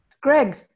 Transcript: Greg